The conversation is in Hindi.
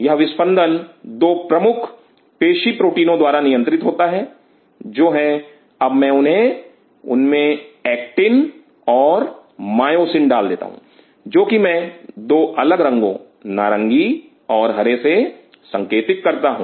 यह विस्पंदन दो प्रमुख पेशी प्रोटीनो द्वारा नियंत्रित होती हैं जो है अब मैं उन्हें उनमें एक्टिन और मायोसिन डाल देता हूं जो कि मैं दो अलग रंगों नारंगी और हरे से संकेतिक करता हूं